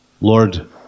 Lord